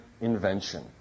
invention